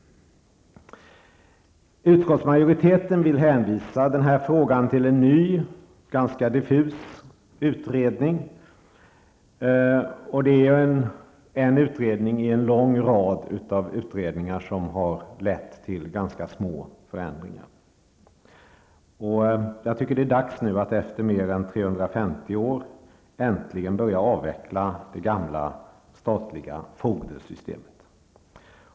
Utskottsmajoriteten vill hänvisa denna fråga till en ny ganska diffus utredning. En utredning i en lång rad utredningar som har lett till små förändringar. Det är dags att nu efter mer än 350 år äntligen börja avveckla det gamla statliga fogdesystemet.